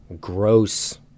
gross